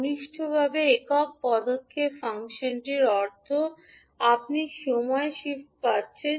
ঘনিষ্ঠভাবে একক পদক্ষেপ ফাংশনটির অর্থ আপনি সময় শিফট পাচ্ছেন